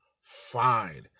fine